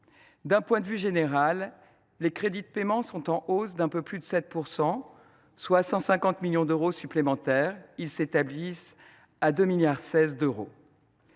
D’un point de vue général, les crédits de paiement sont en hausse d’un peu plus de 7 %, soit 150 millions d’euros supplémentaires, s’établissant ainsi à 2,16 milliards d’euros.